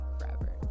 forever